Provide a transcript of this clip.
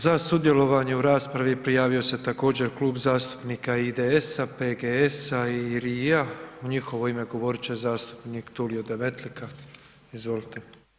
Za sudjelovanje u raspravi, prijavio se također Klub zastupnika IDS-a, PGS-a i RI-ija, u njihovo ime govorit će zastupnik Tulio Demetlika, izvolite.